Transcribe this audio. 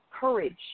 courage